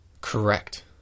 Correct